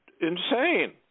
insane